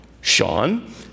Sean